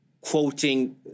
quoting